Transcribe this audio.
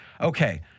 Okay